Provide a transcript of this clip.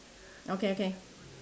okay okay